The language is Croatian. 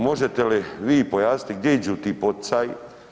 Možete li vi pojasniti gdje idu ti poticaji?